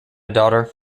daughter